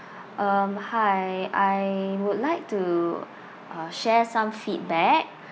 um hi I would like to uh share some feedback